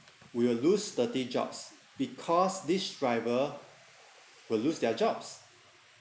we will lose thirty jobs because this driver will lose their jobs